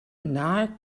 not